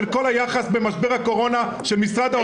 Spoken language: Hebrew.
כל היחס במשבר הקורונה של משרד האוצר.